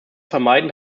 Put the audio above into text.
vermeiden